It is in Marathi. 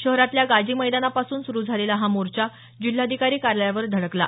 शहरातल्या गाजी मैदानापासून सुरू झालेला हा मोर्चा जिल्हाधिकारी कार्यालयावर धडकला